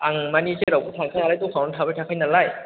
आं मानि जेरावबो थांखाया नालाय दखानावनो थाबाय थाखायो नालाय